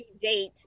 date